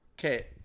Okay